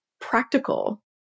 practical